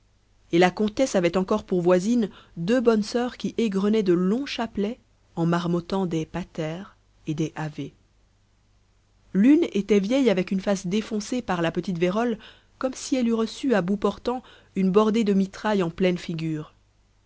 et la comtesse avait encore pour voisines deux bonnes soeurs qui égrenaient de longs chapelets en marmottant des pater et des ave l'une était vieille avec une face défoncée par la petite vérole comme si elle eût reçu à bout portant une bordée de mitraille en pleine figure